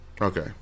okay